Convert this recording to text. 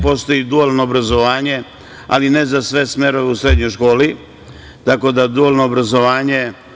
Postoji dualno obrazovanje, ali ne za sve smerove u srednjoj školi, tako da dualno obrazovanje…